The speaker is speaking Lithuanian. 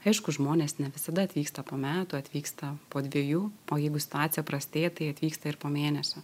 aišku žmonės ne visada atvyksta po metų atvyksta po dviejų o jeigu situacija prastėja tai atvyksta ir po mėnesio